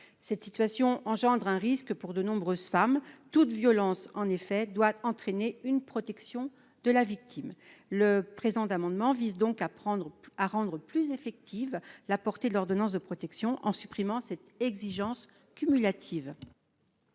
Cette situation engendre un risque pour de nombreuses femmes. Toute violence doit entraîner une protection de la victime. Le présent amendement vise donc à rendre plus effective la portée de l'ordonnance de protection en supprimant cette exigence cumulative.